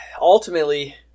ultimately